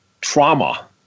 trauma